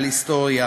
על היסטוריה